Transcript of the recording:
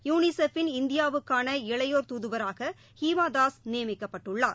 யுனிசெப்பின் இந்தியாவுக்கான இளையோர் துதுவராகஹீமாதாஸ் நியமிக்கப்பட்டுள்ளார்